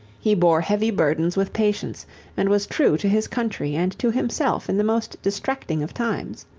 he bore heavy burdens with patience and was true to his country and to himself in the most distracting of times.